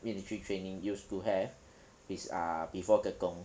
military training used to have is uh before tekong